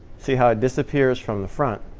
see how it disappears from the front